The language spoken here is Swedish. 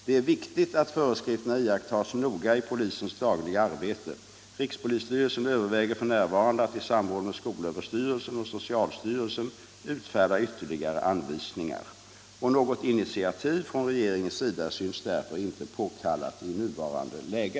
Det är viktigt att föreskrifterna iakttas noga i polisens dagliga arbete. Rikspolisstyrelsen överväger f. n. att i samråd med skolöverstyrelsen och socialstyrelsen utfärda ytterligare anvisningar. Något initiativ från regeringens sida synes därför inte påkallat i nuvarande läge.